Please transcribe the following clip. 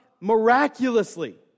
miraculously